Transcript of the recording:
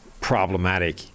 problematic